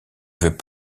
veux